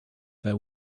there